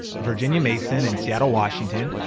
virginia mason in seattle, washington.